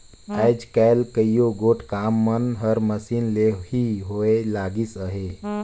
आएज काएल कइयो गोट काम मन हर मसीन ले ही होए लगिस अहे